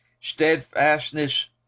steadfastness